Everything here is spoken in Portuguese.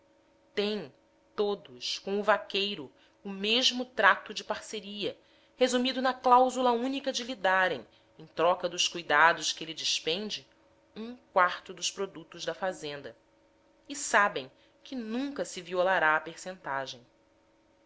têm todos com o vaqueiro o mesmo trato de parceria resumido na cláusula única de lhe darem em troca dos cuidados que ele despende um quarto dos produtos da fazenda e sabem que nunca se violará a percentagem